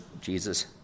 Jesus